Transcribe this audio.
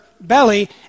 belly